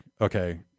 okay